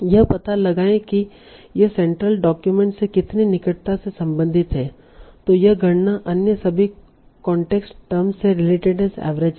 यह पता लगाएं कि यह सेंट्रल डॉक्यूमेंट से कितनी निकटता से संबंधित है तों यह गणना अन्य सभी कांटेक्स्ट टर्म्स से रिलेटेडनेस एवरेज है